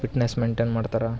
fitness maintain ಮಾಡ್ತರೆ